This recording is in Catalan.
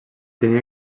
tenia